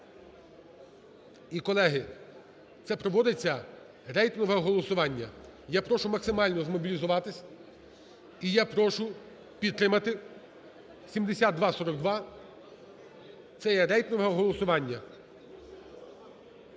І, колеги, це проводиться рейтингове голосування. Я прошу максимально змобілізуватися і я прошу підтримати 7242. Це є рейтингове голосування.